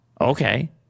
Okay